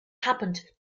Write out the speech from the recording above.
happened